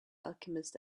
alchemist